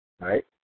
right